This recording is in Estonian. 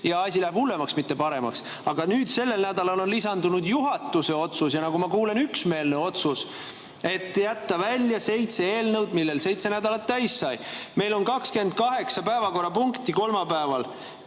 Ja asi läheb hullemaks, mitte paremaks. Aga nüüd on sellel nädalal lisandunud juhatuse otsus – ja nagu ma kuulen, üksmeelne otsus – jätta välja seitse eelnõu, millel seitse nädalat täis sai. Meil on kolmapäeval